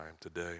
today